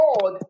God